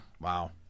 Wow